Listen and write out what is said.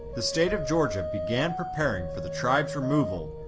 the state of georgia began preparing for the tribe's removal,